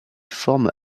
forme